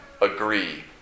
agree